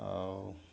ଆଉ